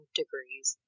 degrees